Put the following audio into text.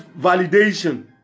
validation